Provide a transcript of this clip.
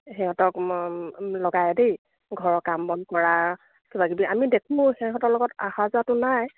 সিহঁতক লগাই দেই ঘৰৰ কাম বন কৰা কিবা কিবি আমি দেখোঁ সিহঁতৰ লগত অহা যোৱাটো নাই